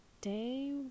day